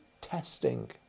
testing